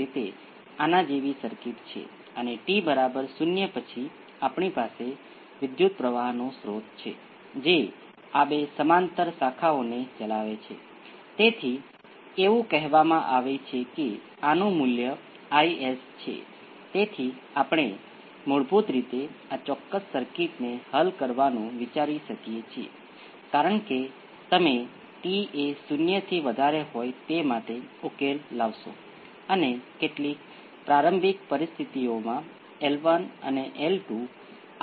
હવે જો તમે ધારો કે V c એ કેટલાક એક્સ્પોનેંસિયલ p × t છે જે તેને અહીં બદલીને આપણને RC × p × exponential pt exponential pt બરાબર 0 મળે છે અને આપણે અહીં ગુણાંક V શૂન્ય રાખી શકીએ છીએ અને તે કંઈપણ બદલતું નથી બંને સ્થાનો પર V શૂન્ય દેખાય છે